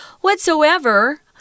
Whatsoever